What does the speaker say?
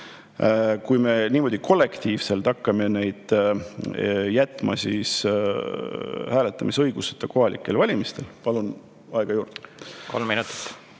hakkame niimoodi kollektiivselt neid jätma hääletamisõiguseta kohalikel valimistel … Palun aega juurde. Kolm minutit.